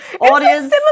audience